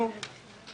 משרדים אחרים.